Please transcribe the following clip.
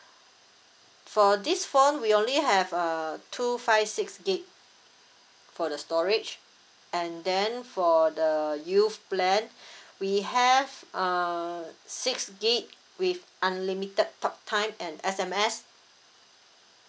for this phone we only have uh two five six gig for the storage and then for the youth plan we have uh six gig with unlimited talk time and S_M_S